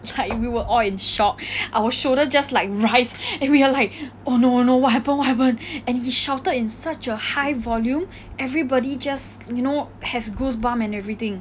like we were all in shock our shoulder just like rise and we were like oh no oh no what happen what happen and he shouted in such a high volume everybody just you know has goose bumps and everything